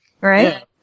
Right